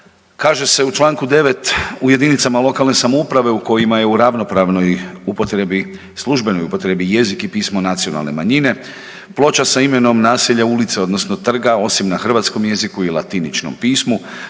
Kaže se u čl. 9, u jedinicama lokalne samouprave u kojima je u ravnopravnoj upotrebi, službenoj upotrebi jezik i pismo nacionalne manjine, ploča sa imenom naselja, ulice odnosno trga, osim na hrvatskom jeziku i latiničnom pismu,